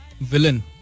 Villain